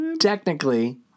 Technically